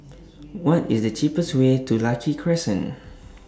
What IS The cheapest Way to Lucky Crescent